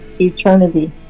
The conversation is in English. eternity